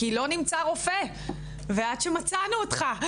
כי לא נמצא רופא ועד שמצאנו אותך.